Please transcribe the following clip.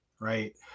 right